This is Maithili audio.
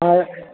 हँ